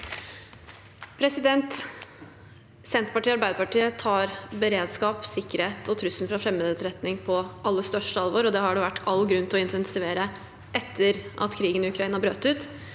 Senterpartiet og Arbeiderpartiet tar beredskap, sikkerhet og trusler fra fremmed etterretning på aller største alvor, og det har det vært all grunn til å intensivere etter at krigen i Ukraina brøt ut.